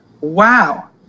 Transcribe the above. Wow